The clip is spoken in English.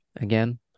again